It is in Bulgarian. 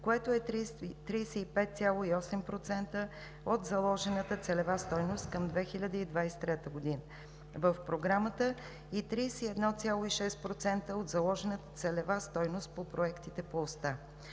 което е 35,8% от заложената целева стойност към 2023 г. в Програмата и 316% от заложената целева стойност по проектите по оста.